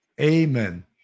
Amen